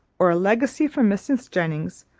or a legacy from mrs. jennings,